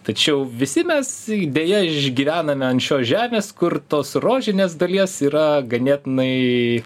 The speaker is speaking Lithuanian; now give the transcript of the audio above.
tačiau visi mes deja išgyvename ant šios žemės kur tos rožinės dalies yra ganėtinai